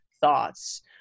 thoughts